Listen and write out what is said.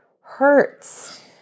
hurts